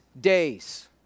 days